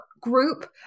group